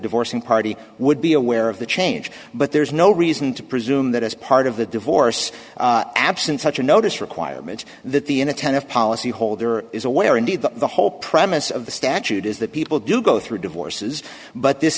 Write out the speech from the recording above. divorce and party would be aware of the change but there's no reason to presume that as part of the divorce absent such a notice requirement that the inattentive policy holder is aware indeed that the whole premise of the statute is that people do go through divorces but this